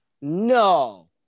No